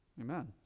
Amen